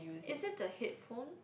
is it the headphone